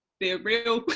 they're real